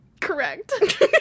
correct